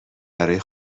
برای